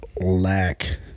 lack